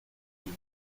plus